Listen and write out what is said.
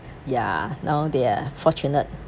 ya now they are fortunate